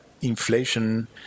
inflation